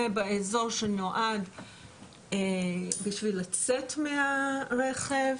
באזור שנועד לצאת מהרכב,